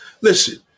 Listen